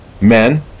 men